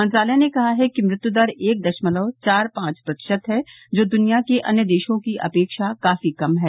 मंत्रालय ने कहा है कि मृत्यु दर एक दशमलव चार पांच प्रतिशत है जो दुनिया के अन्य देशों के अपेक्षा काफी कम है